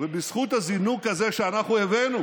בזכות הזינוק הזה שאנחנו הבאנו